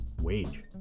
wage